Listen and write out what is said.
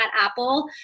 Apple